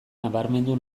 nabarmendu